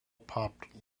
popped